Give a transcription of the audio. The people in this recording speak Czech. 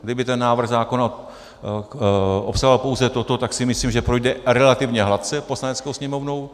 Kdyby ten návrh zákona obsahoval pouze toto, tak si myslím, že projde relativně hladce Poslaneckou sněmovnou.